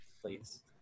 Please